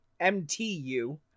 MTU